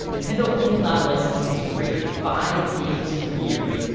nintendo only allowed licensees to create five games a year.